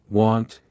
want